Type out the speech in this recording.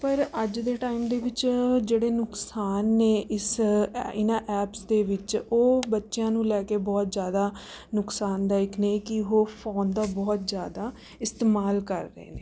ਪਰ ਅੱਜ ਦੇ ਟਾਇਮ ਦੇ ਵਿੱਚ ਜਿਹੜੇ ਨੁਕਸਾਨ ਨੇ ਇਸ ਇ ਇਹਨਾਂ ਐਪਸ ਦੇ ਵਿੱਚ ਉਹ ਬੱਚਿਆ ਨੂੰ ਲੈ ਕੇ ਬਹੁਤ ਜ਼ਿਆਦਾ ਨੁਕਸਾਨਦਾਇਕ ਨੇ ਕਿ ਉਹ ਫੋਨ ਦਾ ਬਹੁਤ ਜ਼ਿਆਦਾ ਇਸਤੇਮਾਲ ਕਰ ਰਹੇ ਨੇ